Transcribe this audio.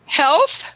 health